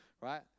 Right